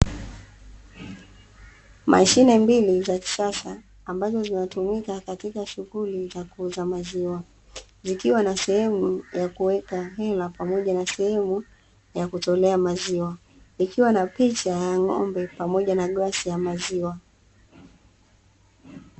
Mashine mbili za kisasa ambazo zinatumika katika shughuli za kuuza maziwa, zikiwa na sehemu ya kuweka hela pamoja na sehemu ya kutolea maziwa. Ikiwa na picha ya ng'ombe pamoja na glasi ya maziwa.